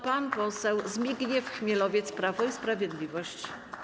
Pan poseł Zbigniew Chmielowiec, Prawo i Sprawiedliwość.